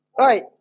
Right